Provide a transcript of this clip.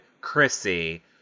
Chrissy